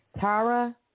Tara